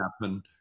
happen